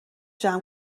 جمع